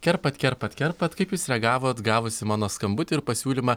kerpat kerpat kerpat kaip jūs reagavot gavusi mano skambutį ir pasiūlymą